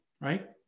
right